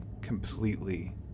completely